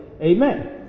Amen